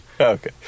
Okay